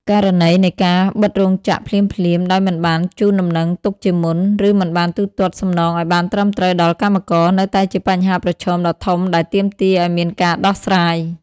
ករណីនៃការបិទរោងចក្រភ្លាមៗដោយមិនបានជូនដំណឹងទុកជាមុន ឬមិនបានទូទាត់សំណងឱ្យបានត្រឹមត្រូវដល់កម្មករ នៅតែជាបញ្ហាប្រឈមដ៏ធំដែលទាមទារឱ្យមានការដោះស្រាយ។